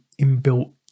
inbuilt